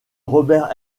robert